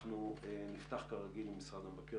נפתח, כרגיל, עם משרד המבקר.